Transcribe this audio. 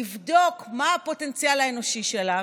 לבדוק מה הפוטנציאל האנושי שלה,